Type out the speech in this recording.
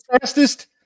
fastest